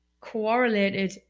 correlated